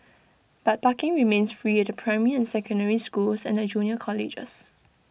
but parking remains free the primary and secondary schools and the junior colleges